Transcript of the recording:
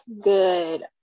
good